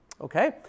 Okay